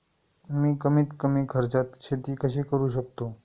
मी कमीत कमी खर्चात शेती कशी करू शकतो?